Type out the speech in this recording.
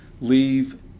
leave